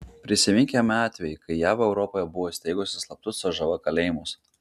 prisiminkime atvejį kai jav europoje buvo įsteigusi slaptus cžv kalėjimus